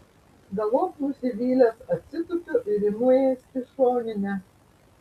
galop nusivylęs atsitupiu ir imu ėsti šoninę